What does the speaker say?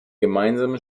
gemeinsamen